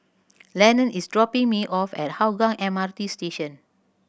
Lenon is dropping me off at Hougang M R T Station